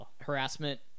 Harassment